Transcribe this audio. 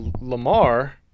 lamar